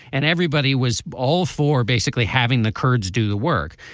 and everybody was all for basically having the kurds do the work.